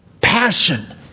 passion